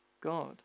God